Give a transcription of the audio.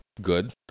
good